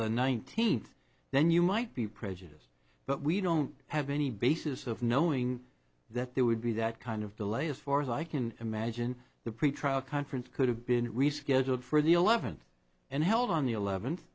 the nineteenth then you might be prejudiced but we don't have any basis of knowing that there would be that kind of delay as far as i can imagine the pretrial conference could have been rescheduled for the eleventh and held on the eleventh